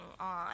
on